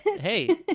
Hey